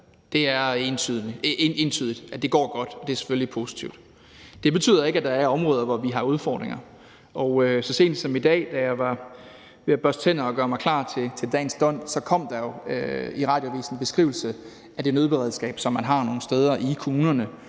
det er entydigt, at det går godt, og det er selvfølgelig positivt. Det betyder ikke, at der ikke er områder, hvor vi har udfordringer, og så sent som i dag, da jeg var ved at børste tænder og gøre mig klar til dagens dont, kom der i radioavisen en beskrivelse af det nødberedskab, som man har nogle steder i kommunerne